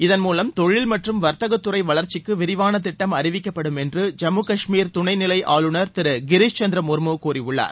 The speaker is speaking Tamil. இதன் மூலம் தொழில் மற்றும் வர்த்தகத்துறை வளர்ச்சிக்கு விரிவான திட்டம் அறிவிக்கப்படும் என்று ஜம்மு கஷ்மீர் துணை நிலை ஆளுநர் திரு கிரிஸ் சந்திர முர்மு கூறியுள்ளார்